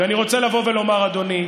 אני רוצה לבוא ולומר, אדוני: